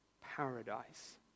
paradise